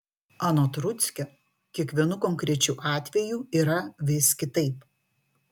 anot rudzkio kiekvienu konkrečiu atveju yra vis kitaip